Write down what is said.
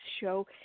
show